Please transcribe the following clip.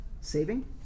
Saving